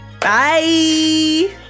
Bye